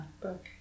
book